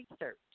research